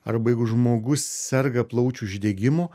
arba jeigu žmogus serga plaučių uždegimu